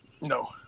No